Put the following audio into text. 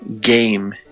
game